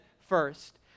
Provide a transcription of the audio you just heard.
first